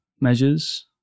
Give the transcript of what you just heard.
measures